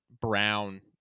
brown